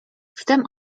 wtem